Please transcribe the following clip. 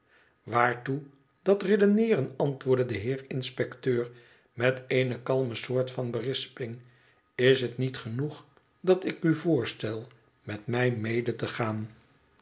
waartoe dat redeneeren antwoordde de heer inspecteur met eene kalme soort van berisping is het niet genoeg dat ik u voorstel met mij mede te gaan